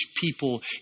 people